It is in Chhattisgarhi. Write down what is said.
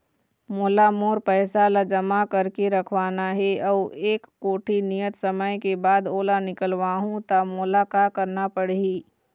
मोला मोर पैसा ला जमा करके रखवाना हे अऊ एक कोठी नियत समय के बाद ओला निकलवा हु ता मोला का करना पड़ही?